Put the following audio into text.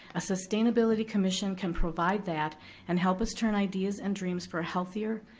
a sustainability commission can provide that and help us turn ideas and dreams for a healthier,